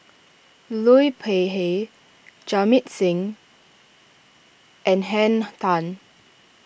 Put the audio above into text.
Liu Peihe Jamit Singh and Henn Tan